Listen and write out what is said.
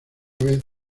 vez